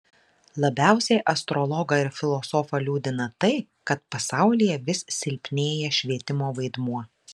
labiausiai astrologą ir filosofą liūdina tai kad pasaulyje vis silpnėja švietimo vaidmuo